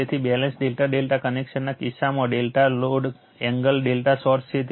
તેથી બેલન્સ ∆∆ કનેક્શનના કિસ્સામાં ∆ લોડ એંગલ ∆ સોર્સ છે